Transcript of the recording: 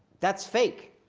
that's fake.